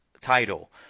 title